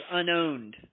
unowned